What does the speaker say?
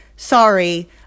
Sorry